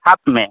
half में